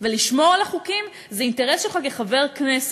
ולשמור על החוקים זה אינטרס שלך כחבר כנסת.